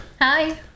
hi